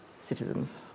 citizens